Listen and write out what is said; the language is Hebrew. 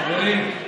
חברים.